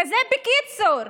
כזה בקיצור,